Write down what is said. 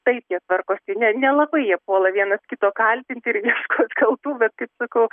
taip jie tvarkosi ne nelabai jie puola vienas kito kaltinti ir ieškot kaltų bet kaip sakau